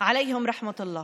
אל תפחיד אותי.